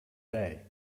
day